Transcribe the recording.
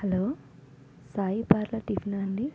hello Sai parlour టిఫినా అండి